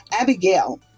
Abigail